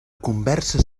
conversa